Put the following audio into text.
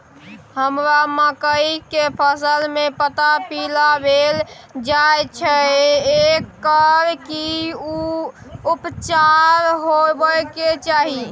हमरा मकई के फसल में पता पीला भेल जाय छै एकर की उपचार होबय के चाही?